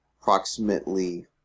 approximately